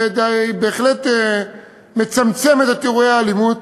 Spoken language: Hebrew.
שבהחלט מצמצמת את אירועי האלימות,